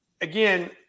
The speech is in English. again